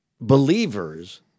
believers